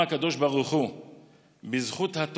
"בשעה שאמרו ישראל: נעשה ונשמע,